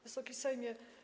Wysoki Sejmie!